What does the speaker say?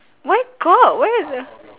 where got where the